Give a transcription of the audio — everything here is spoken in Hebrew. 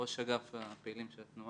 ראש אגף הפעילים של התנועה.